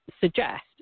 suggest